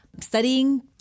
studying